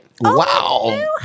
Wow